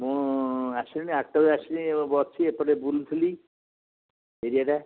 ମୁଁ ଆସିଲି ଆଠଟାରେ ଆସିଲି ଅଛି ଏପଟେ ବୁଲୁଥିଲି ଏରିଆଟା